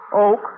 oak